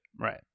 Right